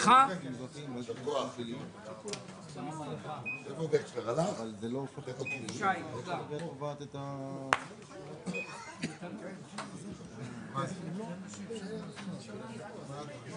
13:30.